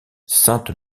sainte